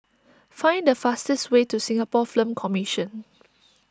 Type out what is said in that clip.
find the fastest way to Singapore Film Commission